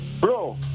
bro